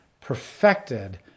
perfected